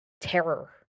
terror